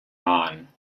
man